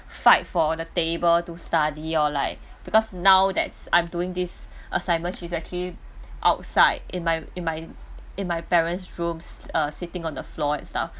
fight for the table to study or like because now that's I'm doing this assignment she actually outside in my in my in my parents room uh sitting on the floor and stuff